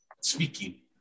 speaking